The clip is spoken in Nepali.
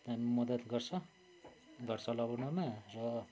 हामी मदत गर्छ घर चलाउनमा र